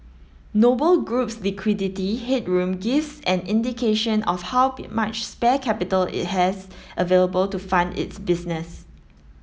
Noble Group's liquidity headroom gives an indication of how much spare capital it has available to fund its business